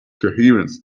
coherence